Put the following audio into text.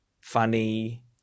funny